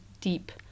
deep